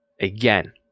Again